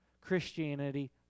Christianity